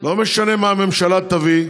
לא משנה מה הממשלה תביא,